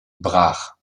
brach